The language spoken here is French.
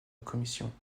commission